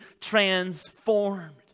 transformed